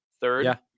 Third